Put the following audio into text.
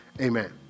amen